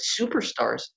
superstars